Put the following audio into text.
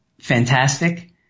fantastic